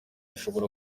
ashobora